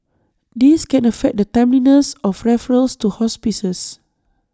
this can affect the timeliness of referrals to hospices